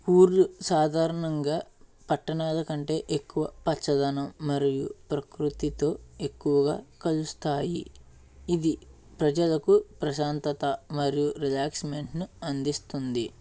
ఊరు సాధారణంగా పట్టణాల కంటే ఎక్కువ పచ్చదనం మరియు ప్రకృతితో ఎక్కువగా కలుస్తాయి ఇది ప్రజలకు ప్రశాంతత మరియు రిలాక్స్మెంట్ను అందిస్తుంది